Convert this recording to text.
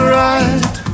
right